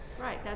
right